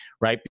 right